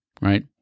right